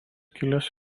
kilęs